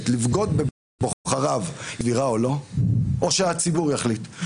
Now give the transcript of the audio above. לבגוד בבוחריו היא סבירה או לא או שהציבור יחליט?